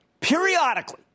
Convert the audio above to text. Periodically